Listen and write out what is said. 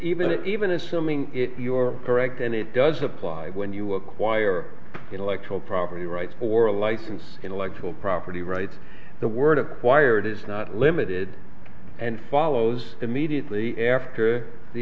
if even assuming it your correct and it does apply when you acquire intellectual property rights or a license intellectual property rights the word of wired is not limited and follows immediately after the